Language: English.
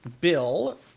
bill